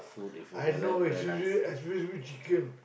I know especially especially chicken